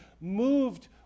moved